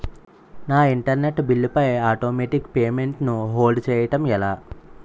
నా internet bill పై automatic payment ను హోల్డ్ చేయటం ఎలా?